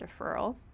deferral